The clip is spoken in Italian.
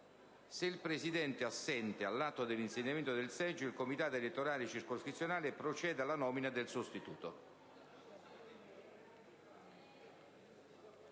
Se il Presidente è assente all'atto dell'insediamento del seggio, il comitato elettorale circoscrizionale procede alla nomina del sostituto».